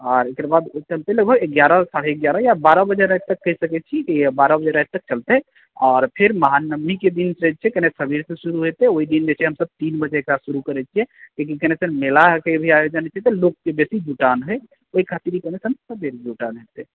आर एकरबाद ई चलतै लगभग ग्यारह साढ़े ग्यारह या बारह बजे राति तक कहि सकै छी बारह बजे राति तक चलतै और फेर महानवमी के दिन कनि सवेरे सँ शुरू हेतै ओहि दिन जे छै हमसब तीन बजे शुरू करै छियै कियाकि कनी मेला के भी आयोजन होइ छै लोक के कनि बेसी जुटान होइ ओहिखातिर ई कनी सवेरे जुटान हेतै